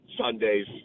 Sundays